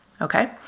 Okay